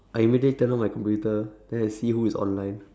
I immediately turn on my computer then I see who is online